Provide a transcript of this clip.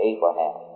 Abraham